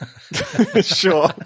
Sure